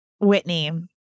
Whitney